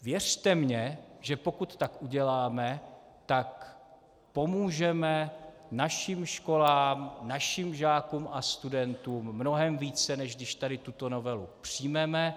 Věřte mně, že pokud tak uděláme, tak pomůžeme našim školám, našim žákům a studentům mnohem více, než když tady tuto novelu přijmeme.